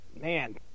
man